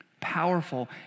Powerful